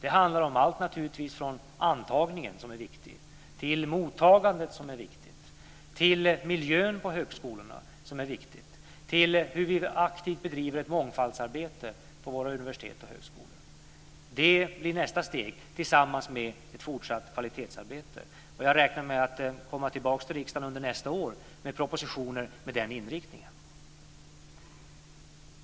Det handlar naturligtvis om allt, från antagningen, som är viktig, till mottagandet, som är viktigt, till miljön på högskolorna som är viktig, till hur vi aktivt bedriver mångfaldsarbete på våra universitet och högskolor. Det blir nästa steg tillsammans med ett fortsatt kvalitetsarbete. Jag räknar med att komma tillbaka till riksdagen nästa år med propositioner med den inriktningen.